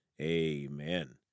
amen